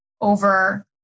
over